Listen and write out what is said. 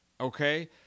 okay